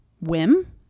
whim